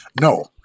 No